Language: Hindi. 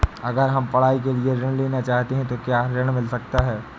अगर हम पढ़ाई के लिए ऋण लेना चाहते हैं तो क्या ऋण मिल सकता है?